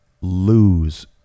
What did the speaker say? lose